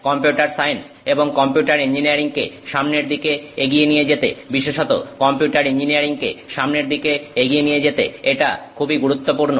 computer science এবং computer engineering কে সামনের দিকে এগিয়ে নিয়ে যেতে বিশেষত কম্পিউটার ইঞ্জিনিয়ারিংকে সামনের দিকে এগিয়ে নিয়ে যেতে এটা খুবই গুরুত্বপূর্ণ